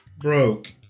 broke